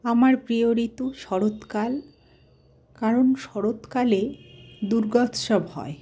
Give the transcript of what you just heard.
আমার প্রিয় ঋতু শরৎকাল কারণ শরৎকালে দুর্গোৎসব হয়